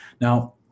Now